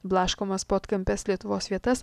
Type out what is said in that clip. blaškomas po atkampias lietuvos vietas